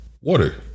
water